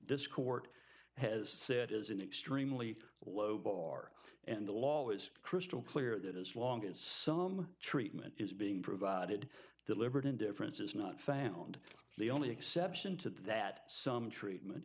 this court has said is an extremely low bar and the law is crystal clear that as long as some treatment is being provided deliberate indifference is not family and the only exception to that some treatment